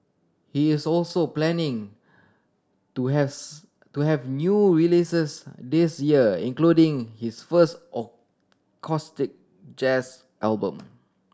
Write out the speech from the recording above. he is also planning to has to have new releases this year including his first acoustic jazz album